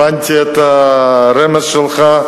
הבנתי את הרמז שלך.